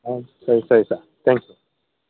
ಹಾಂ ಸರಿ ಸರಿ ಸರ್ ತ್ಯಾಂಕ್ ಯು